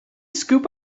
scoop